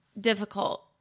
difficult